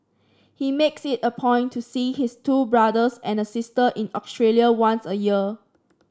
he makes it a point to see his two brothers and a sister in Australia once a year